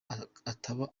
ataba